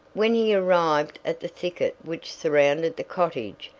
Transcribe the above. when he arrived at the thicket which surrounded the cottage,